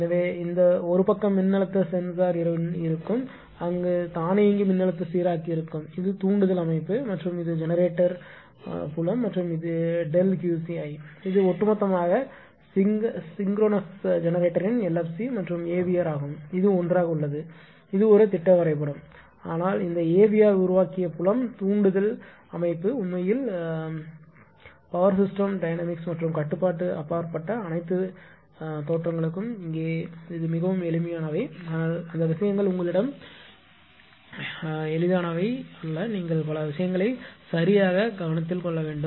எனவே இந்த ஒரு பக்க மின்னழுத்த சென்சார் இருக்கும் அங்கு தானியங்கி மின்னழுத்த சீராக்கி இருக்கும் இது தூண்டுதல் அமைப்பு மற்றும் இது ஜெனரேட்டர் புலம் மற்றும் இது ΔQ ci இது ஒட்டுமொத்தமாக சிங்சரோனோஸ் ஜெனரேட்டரின் LFC மற்றும் AVR ஆகும் இது ஒன்றாக உள்ளது இது ஒரு திட்ட வரைபடம் ஆனால் இந்த ஏவிஆர் உருவாக்கிய புலம் தூண்டுதல் அமைப்பு உண்மையில் வரும் பவர் சிஸ்டம் டைனமிக்ஸ் மற்றும் கட்டுப்பாட்டிற்கு அப்பாற்பட்ட அனைத்து தோற்றங்களும் இங்கே மிகவும் எளிமையானவை ஆனால் அந்த விஷயங்கள் உங்களிடம் எளிதானவை அல்ல நீங்கள் பல விஷயங்களை யாக கருத்தில் கொள்ள வேண்டும்